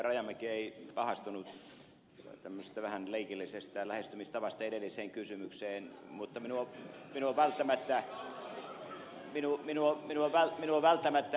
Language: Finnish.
rajamäki ei pahastunut tämmöisestä vähän leikillisestä lähestymistavasta edelliseen kysymykseen mutta minun on välttämättä ed